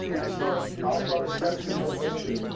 we start, i'll start a sentence and he'll finish it.